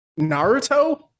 Naruto